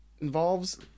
involves